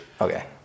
Okay